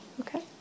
Okay